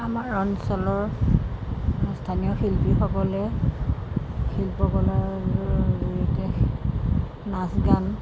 আমাৰ অঞ্চলৰ স্থানীয় শিল্পীসকলে শিল্পকলাৰ লৈ সিহঁতে নাচ গান